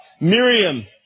Miriam